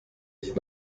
ich